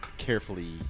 carefully